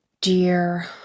dear